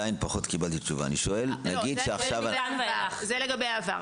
זה לגבי העבר.